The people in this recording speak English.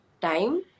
time